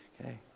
Okay